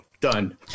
Done